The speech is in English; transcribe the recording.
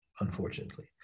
unfortunately